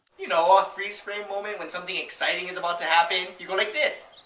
you know, a freeze frame moment, when something exciting is about to happen. you go like this.